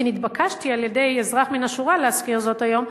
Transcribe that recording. כי נתבקשתי על-ידי אזרח מהשורה להזכיר זאת היום,